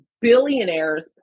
billionaires